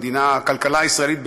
הכלכלה הישראלית,